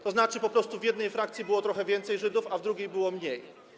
To znaczy po prostu w jednej frakcji było trochę więcej Żydów, a w drugiej było mniej.